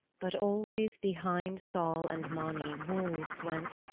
but always behind sol and mani wolves went,